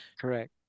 Correct